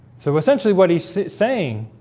so essentially what he's saying,